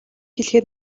хэлэхэд